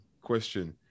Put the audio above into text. question